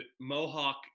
Mohawk